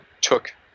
took